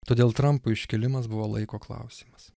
todėl trampo iškilimas buvo laiko klausimas